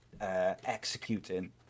executing